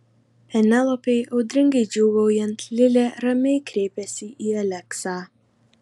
penelopei audringai džiūgaujant lilė ramiai kreipėsi į aleksą